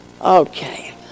Okay